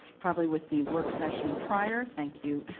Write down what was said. probably with the work session prior. thank you,